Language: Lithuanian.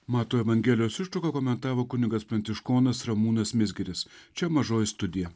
mato evangelijos ištrauką komentavo kunigas pranciškonas ramūnas mizgiris čia mažoji studija